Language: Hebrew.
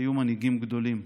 היו מנהיגים גדולים,